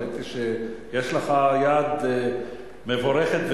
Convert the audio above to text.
ראיתי שיש לך יד מבורכת,